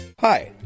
Hi